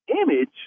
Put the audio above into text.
image